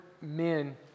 men